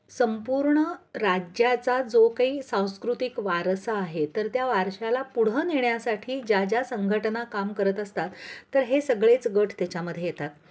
संपूर्ण राज्याचा जो काही सांस्कृतिक वारसा आहे तर त्या वारशाला पुढं नेण्यासाठी ज्या ज्या संघटना काम करत असतात तर हे सगळेच गट त्याच्यामध्ये येतात